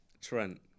Trent